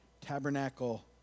tabernacle